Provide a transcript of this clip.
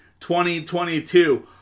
2022